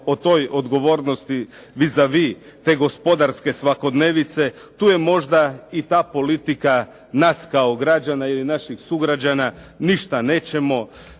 o toj odgovornosti vis a vis te gospodarske svakodnevnice tu je možda i ta politika nas kao građana ili naših sugrađana "Ništa nećemo,